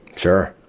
sure.